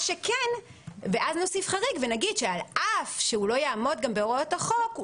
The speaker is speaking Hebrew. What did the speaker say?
אז נוסיף חריג ונגיד שעל אף שהוא לא יעמוד גם בהוראות החוק,